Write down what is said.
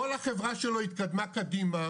כל החברה שלו התקדמה קדימה,